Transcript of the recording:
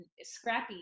scrappy